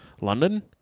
london